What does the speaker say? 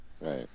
right